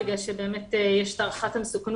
בגלל שיש את הערכת המסוכנות,